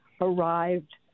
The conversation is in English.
arrived